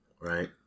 right